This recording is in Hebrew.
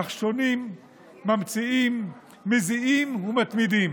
נחשונים, ממציאים, מזיעים ומתמידים.